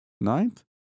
Ninth